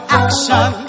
action